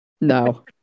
No